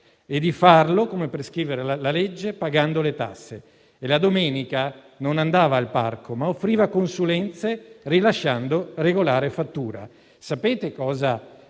e di farlo come prescrive la legge pagando le tasse, e la domenica non andava al parco ma offriva consulenze rilasciando regolare fattura. Sapete cosa